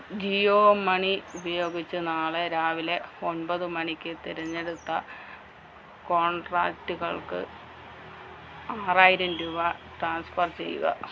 Jio money ഉപയോഗിച്ച് നാളെ രാവിലെ ഒൻപത് മണിക്ക് തിരഞ്ഞെടുത്ത കോൺട്രാക്റ്റുകൾക്ക് ആറായിരം രൂപ ട്രാൻസ്ഫർ ചെയ്യുക